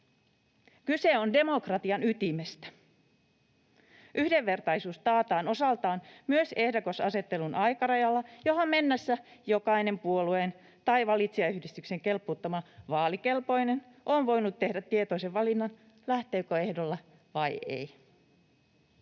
Kyse on demokratian ytimestä. Yhdenvertaisuus taataan osaltaan myös ehdokasasettelun aikarajalla, johon mennessä jokainen puolueen tai valitsijayhdistyksen kelpuuttama vaalikelpoinen on voinut tehdä tietoisen valinnan, lähteäkö ehdolle vai ei.